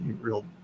real